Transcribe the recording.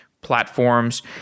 platforms